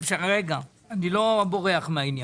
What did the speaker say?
אני לא בורח מהעניין.